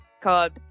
called